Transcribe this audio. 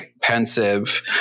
pensive